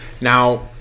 Now